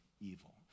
evil